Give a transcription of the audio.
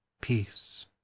peace